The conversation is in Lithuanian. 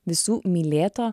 visų mylėto